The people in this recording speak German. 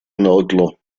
nörgler